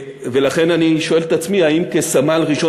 ולכן אני שואל את עצמי האם כסמל ראשון